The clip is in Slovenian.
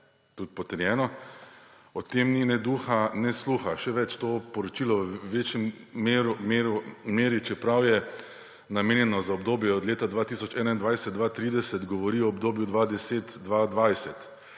tudi potrjeno, o tem ni ne duha ne sluha. Še več, to poročilo v večji meri, čeprav je namenjeno za obdobje od leta 2021–2030, govori o obdobju 2010–2020.